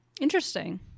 Interesting